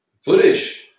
Footage